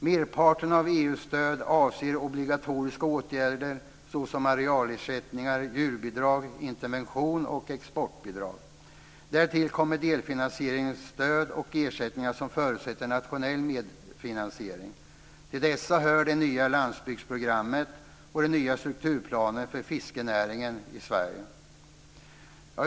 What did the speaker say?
Merparten av EU:s stöd avser obligatoriska åtgärder såsom arealersättningar, djurbidrag, intervention och exportbidrag. Därtill kommer delfinansieringsstöd och ersättningar som förutsätter nationell medfinansiering. Till dessa hör det nya landsbygdsprogrammet och den nya strukturplanen för fiskenäringen i Sverige.